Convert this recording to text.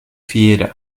fiera